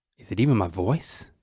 is it even my voice?